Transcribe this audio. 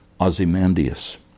Ozymandias